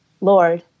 Lord